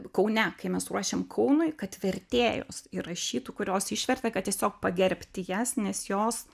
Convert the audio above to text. kaune kai mes ruošėm kaunui kad vertėjos įrašytų kurios išvertė kad tiesiog pagerbti jas nes jos